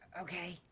Okay